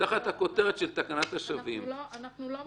אנחנו לא מחמירים.